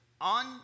on